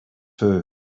too